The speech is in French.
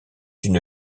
une